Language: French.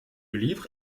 livre